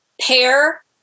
pair